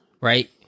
right